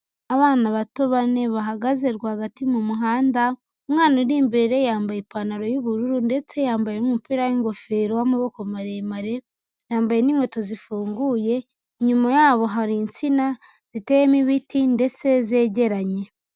Abana bato bane bahagaze rwagati mu muhanda, umwana uri imbere yambaye ipantaro y'ubururu ndetse yambaye n'umupira w'ingofero w'amaboko maremare, yambaye n'inkweto zifunguye, inyuma yabo hari insina, ziteyemo ibiti ndetse zegeranye.